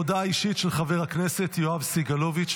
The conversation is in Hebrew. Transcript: הודעה אישית של חבר הכנסת יואב סגלוביץ'.